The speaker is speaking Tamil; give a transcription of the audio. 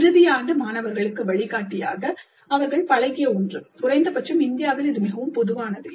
இறுதி ஆண்டு மாணவர்களுக்கு வழிகாட்டியாக அவர்கள் ஒரு பழகிய ஒன்று குறைந்தபட்சம் இந்தியாவில் இது மிகவும் பொதுவானது